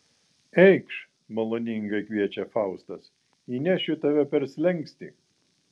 eikš maloningai kviečia faustas įnešiu tave per slenkstį